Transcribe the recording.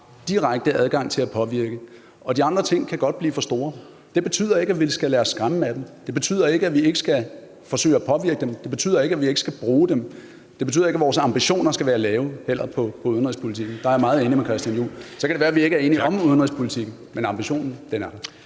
direkte adgang til at påvirke. Og de andre ting kan godt blive for store. Det betyder ikke, at vi skal lade os skræmme af dem. Det betyder ikke, at vi ikke skal forsøge at påvirke dem. Det betyder ikke, at vi ikke skal bruge dem. Det betyder ikke, at vores ambitioner skal være lave, heller ikke i udenrigspolitikken. Der er jeg meget enig med Christian Juhl. Så kan det være, at vi ikke er enige om udenrigspolitikken, men ambitionen er der.